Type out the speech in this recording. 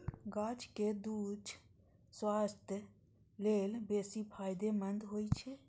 गाछक दूछ स्वास्थ्य लेल बेसी फायदेमंद होइ छै